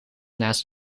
naast